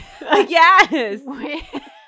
Yes